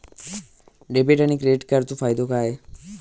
Debit आणि credit कार्डचो फायदो काय?